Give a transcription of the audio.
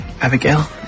Abigail